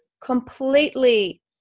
completely